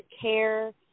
care